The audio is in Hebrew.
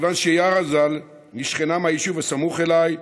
מכיוון שיארא ז"ל היא שכנה מהיישוב הסמוך אליי.